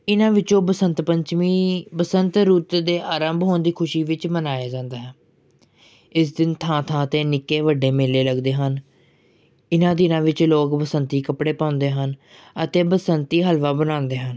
ਇਹਨਾਂ ਵਿੱਚੋਂ ਬਸੰਤ ਪੰਚਮੀ ਬਸੰਤ ਰੁੱਤ ਦੇ ਆਰੰਭ ਹੋਣ ਦੀ ਖੁਸ਼ੀ ਵਿੱਚ ਮਨਾਇਆ ਜਾਂਦਾ ਹੈ ਇਸ ਦਿਨ ਥਾਂ ਥਾਂ 'ਤੇ ਨਿੱਕੇ ਵੱਡੇ ਮੇਲੇ ਲੱਗਦੇ ਹਨ ਇਹਨਾਂ ਦਿਨਾਂ ਵਿੱਚ ਲੋਕ ਬਸੰਤੀ ਕੱਪੜੇ ਪਾਉਂਦੇ ਹਨ ਅਤੇ ਬਸੰਤੀ ਹਲਵਾ ਬਣਾਉਂਦੇ ਹਨ